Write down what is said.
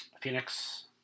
Phoenix